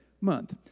month